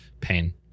pain